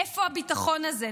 איפה הביטחון הזה?